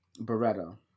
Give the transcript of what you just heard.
Beretta